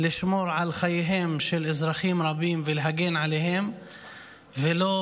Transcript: לשמור על חייהם של אזרחים רבים ולהגן עליהם ולא